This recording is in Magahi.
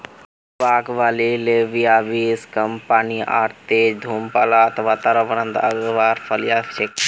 कलवा आंख वाली फलियाँ लोबिया बींस कम पानी आर तेज धूप बाला वातावरणत उगवार फलियां छिके